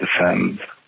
defend